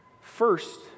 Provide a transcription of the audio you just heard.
First